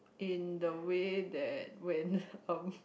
in the way that when um